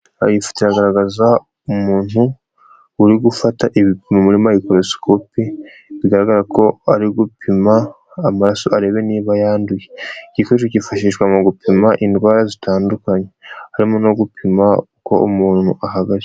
Aha iyi foto iragaragaza, umuntu uri gufata ibipimo muri mikorosikope, bigaragara ko ari gupima amaraso arebe niba yanduye. Iki gikoresho kifashishwa mu gupima indwara zitandukanye, harimo no gupima uko umuntu ahagaze.